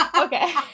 Okay